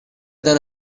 than